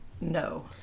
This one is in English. No